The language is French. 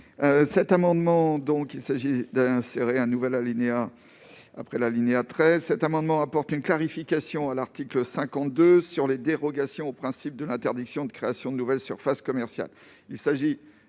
Cet amendement vise à apporter une clarification sur les dérogations au principe de l'interdiction de création de nouvelles surfaces commerciales.